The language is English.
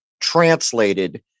translated